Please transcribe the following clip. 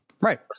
Right